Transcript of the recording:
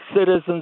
citizens